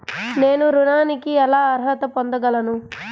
నేను ఋణానికి ఎలా అర్హత పొందగలను?